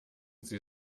sie